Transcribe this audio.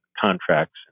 contracts